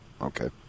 okay